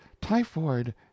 typhoid